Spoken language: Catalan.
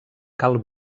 cal